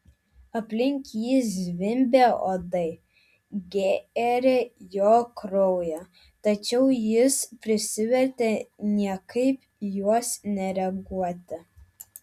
aplink jį zvimbė uodai gėrė jo kraują tačiau jis prisivertė niekaip į juos nereaguoti